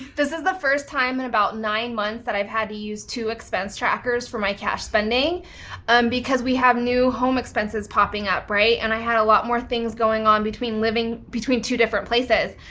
this is the first time in about nine months that i've had to use two expense trackers for my cash spending um because we had new home expenses popping up, right? and i had a lot more things going on between, living between two different places.